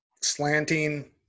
slanting